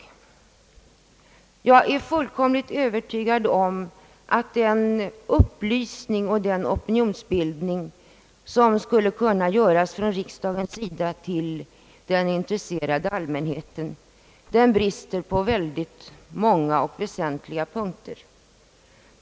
Jag är fullkomligt övertygad om att riksdagens upplysningsverksamhet och opinionsbildning gentemot den intresserade allmänheten brister på många och väsentliga punkter.